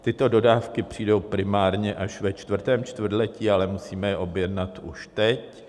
Tyto dodávky přijdou primárně až ve čtvrtém čtvrtletí, ale musíme je objednat už teď.